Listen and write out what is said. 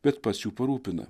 bet pats jų parūpina